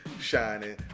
shining